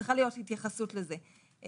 וצריכה להיות התייחסות לזה.